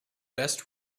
best